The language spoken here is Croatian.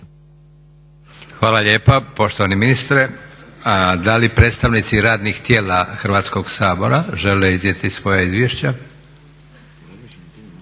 Hvala lijepa poštovani ministre. Da li predstavnici radnih tijela Hrvatskog sabora žele iznijeti svoja izvješća?